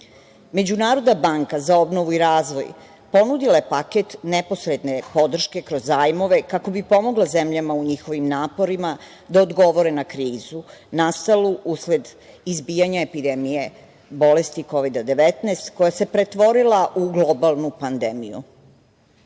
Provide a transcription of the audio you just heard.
Međunarodna banka za obnovu i razvoj ponudila je paket neposredne podrške kroz zajmove kako bi pomogla zemljama u njihovim naporima da odgovore na krizu nastalu usled izbijanje epidemije bolesti Kovida-19, koja se pretvorila u globalnu pandemiju. Ovaj